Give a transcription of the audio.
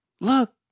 Look